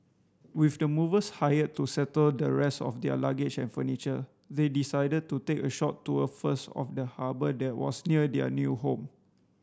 with the movers hired to settle the rest of their luggage and furniture they decided to take a short tour first of the harbour that was near their new home